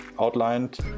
outlined